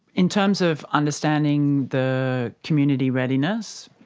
in terms of understanding the community readiness,